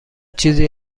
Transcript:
چیزی